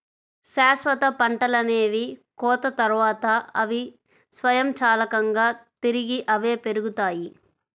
శాశ్వత పంటలనేవి కోత తర్వాత, అవి స్వయంచాలకంగా తిరిగి అవే పెరుగుతాయి